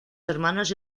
hermanos